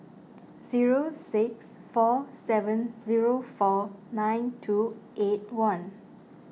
zero six four seven zero four nine two eight one